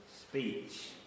speech